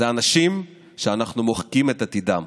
אלה אנשים שאנחנו מוחקים את עתידם.